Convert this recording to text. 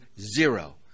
zero